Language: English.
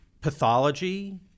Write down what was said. pathology—